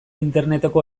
interneteko